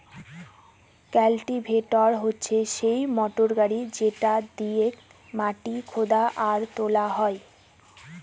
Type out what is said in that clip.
cultivator হচ্ছে সেই motor গাড়ি যেটা দিয়েক মাটি খুদা আর তোলা হয়